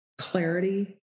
clarity